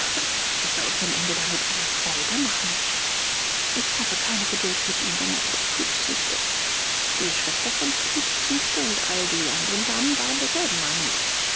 daß er uns am ende damit eine freude machen wird ich habe keine geduld mit ihm bemerkte scrooges nichte die schwester von scrooges nichte und all die anderen damen waren derselben meinung